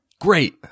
great